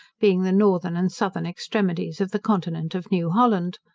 being the northern and southern extremities of the continent of new holland.